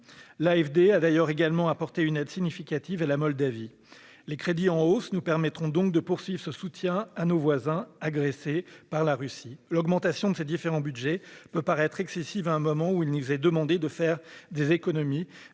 L'AFD a d'ailleurs également apporté une aide significative à la Moldavie. Les crédits en hausse nous permettront donc de poursuivre ce soutien aux États européens agressés par la Russie. L'augmentation de ces différents budgets peut paraître excessive à un moment où il nous est demandé de faire des économies,